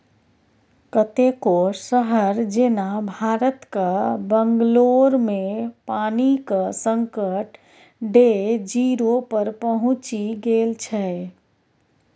कतेको शहर जेना भारतक बंगलौरमे पानिक संकट डे जीरो पर पहुँचि गेल छै